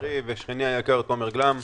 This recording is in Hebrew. חברי ושכני היקר תומר גלאם,